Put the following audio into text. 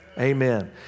Amen